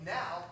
now